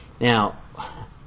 Now